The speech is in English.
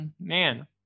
man